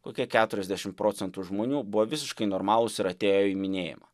kokie keturiasdešim procentų žmonių buvo visiškai normalūs ir atėjo į minėjimą